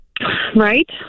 Right